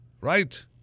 right